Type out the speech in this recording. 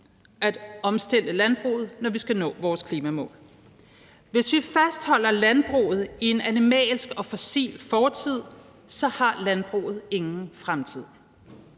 at omstille landbruget, når vi skal nå vores klimamål. Hvis vi fastholder landbruget i en animalsk og fossil fortid, har landbruget ingen fremtid.